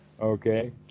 Okay